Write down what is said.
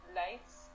lights